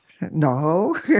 no